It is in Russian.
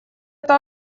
эту